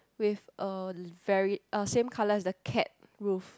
with a very uh same colour as the cat roof